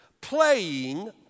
playing